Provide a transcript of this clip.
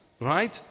right